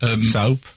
Soap